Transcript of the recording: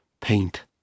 paint